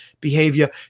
behavior